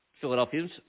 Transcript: Philadelphians